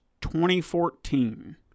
2014